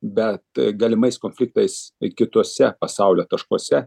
bet galimais konfliktais ir kituose pasaulio taškuose